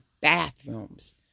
bathrooms